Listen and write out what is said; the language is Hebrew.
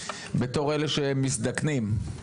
בתור אלה שמזדקנים.